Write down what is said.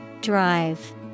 Drive